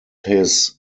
his